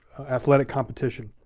athletic competition.